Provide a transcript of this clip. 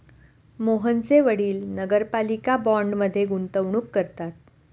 मोहनचे वडील नगरपालिका बाँडमध्ये गुंतवणूक करतात